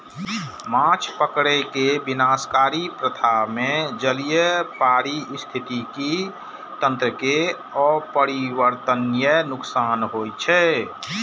माछ पकड़ै के विनाशकारी प्रथा मे जलीय पारिस्थितिकी तंत्र कें अपरिवर्तनीय नुकसान होइ छै